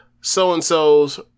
so-and-sos